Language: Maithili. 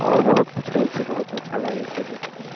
आओर बहुत किछु रहै छै बहुत अच्छा लागै छै देखैमे